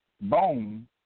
bone